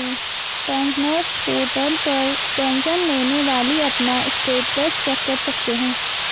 pensioners portal पर tension लेने वाली अपना स्टेटस चेक कर सकते हैं